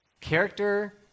Character